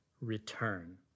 return